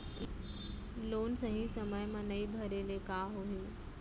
Loan सही समय मा नई भरे ले का होही?